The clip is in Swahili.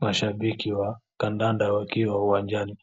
Mashabiki wa kandanda wakiwa uwanjani